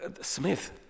Smith